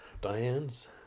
Diane's